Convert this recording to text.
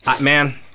man